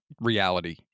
reality